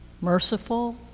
merciful